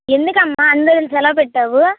ఎందుకమ్మా అన్నిరోజులు సెలవు పెట్టావు